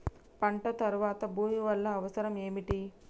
పంట తర్వాత భూమి వల్ల అవసరం ఏమిటి?